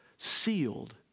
Sealed